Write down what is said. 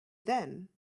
then